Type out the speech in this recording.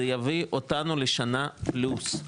זה יביא אותנו לשנה פלוס.